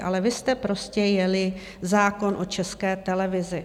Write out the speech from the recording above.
Ale vy jste prostě jeli zákon o České televizi.